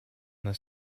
this